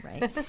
right